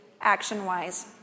action-wise